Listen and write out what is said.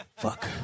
fuck